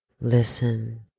listen